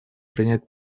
принять